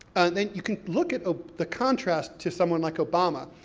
and you can look at ah the contrast to someone like obama,